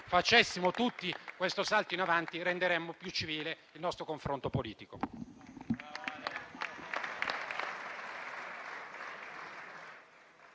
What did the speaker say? facessimo tutti questo salto in avanti, renderemmo più civile il nostro confronto politico.